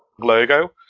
logo